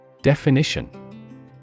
Definition